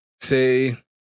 say